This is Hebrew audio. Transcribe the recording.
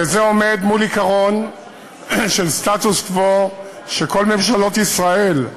וזה עומד מול עיקרון של סטטוס-קוו שכל ממשלות ישראל,